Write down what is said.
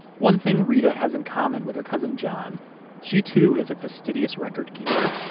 one thing reta has in common with her cousin john she too is a fastidious record-keeper.